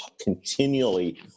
continually